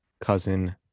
cousin